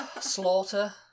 Slaughter